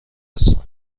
هستم